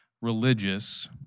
religious